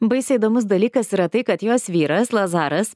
baisiai įdomus dalykas yra tai kad jos vyras lazaras